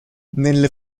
nelle